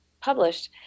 published